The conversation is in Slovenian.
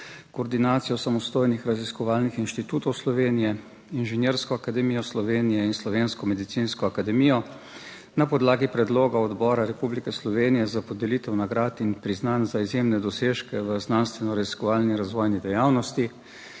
Koordinacijo samostojnih raziskovalnih inštitutov Slovenije, Inženirsko akademijo Slovenije in Slovensko medicinsko akademijo na podlagi predloga odbora Republike Slovenije za podelitev nagrad in priznanj za izjemne dosežke v znanstveno raziskovalni in razvojni dejavnosti